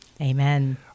Amen